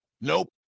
Nope